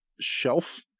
shelf